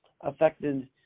affected